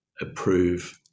approve